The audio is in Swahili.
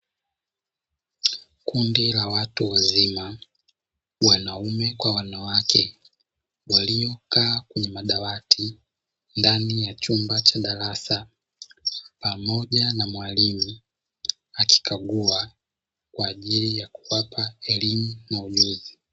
Kundi la watu wazima wanaume kwa wanawake waliokaa kwenye madawati ndani ya chumba cha darasa, pamoja na mwalimu akikagua kwa ajili ya kuwapa elimu na ujuzi.